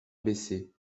bessée